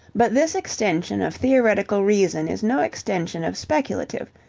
but this extension of theoretical reason is no extension of speculative,